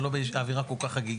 ולא באווירה כל כך חגיגית.